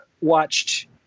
watched